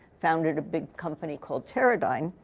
founded a big company called teradyne.